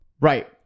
Right